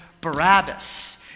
Barabbas